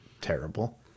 terrible